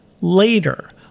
later